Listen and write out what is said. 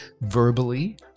verbally